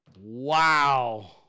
wow